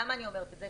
למה אני אומרת את זה?